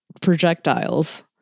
projectiles